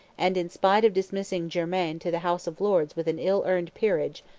and in spite of dismissing germain to the house of lords with an ill-earned peerage,